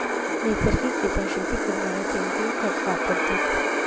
नैसर्गिक रित्या शेती करणारा सेंद्रिय खत वापरतस